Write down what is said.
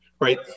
Right